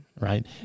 right